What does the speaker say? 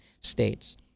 states